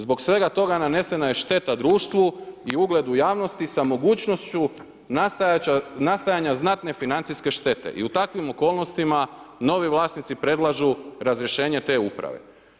Zbog svega toga nanesena je šteta društvu i ugledu u javnosti sa mogučnošću nastajanja znatne financijske štete i u takvim okolnostima novi vlasnici predlažu razrješenje te uprave.